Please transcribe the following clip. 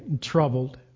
troubled